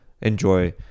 enjoy